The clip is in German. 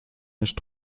nicht